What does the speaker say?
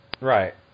Right